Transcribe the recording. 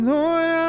Lord